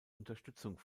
unterstützung